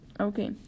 okay